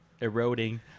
eroding